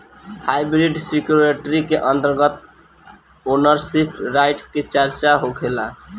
hybrid security के अंतर्गत ownership right के भी चर्चा होखेला